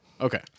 Okay